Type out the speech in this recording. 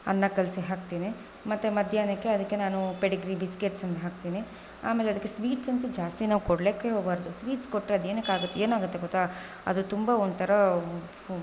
ಅನ್ನ ಕಲಸಿ ಹಾಕ್ತೀನಿ ಮತ್ತೆ ಮಧ್ಯಾಹ್ನಕ್ಕೆ ಅದಕ್ಕೆ ನಾನು ಪೆಡಿಗ್ರಿ ಬಿಸ್ಕೆಟ್ಸ್ನ ಹಾಕ್ತೀನಿ ಆಮೇಲೆ ಅದಕ್ಕೆ ಸ್ವೀಟ್ಸ್ ಸ್ವಲ್ಪ ಜಾಸ್ತಿ ನಾವು ಕೊಡ್ಲಿಕ್ಕೆ ಹೋಗ್ಬಾರ್ದು ಸ್ವೀಟ್ಸ್ ಕೊಟ್ಟರೆ ಅದು ಏನಕ್ಕೆ ಆಗ ಏನಾಗುತ್ತೆ ಗೊತ್ತಾ ಅದು ತುಂಬ ಒಂಥರಾ